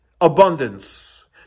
abundance